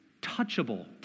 touchable